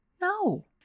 No